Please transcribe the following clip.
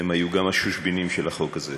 שהם היום גם השושבינים של החוק הזה: